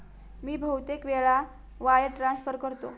मी बहुतेक वेळा wire transfer करतो